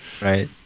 Right